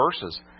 verses